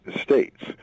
states